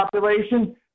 population